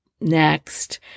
Next